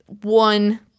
one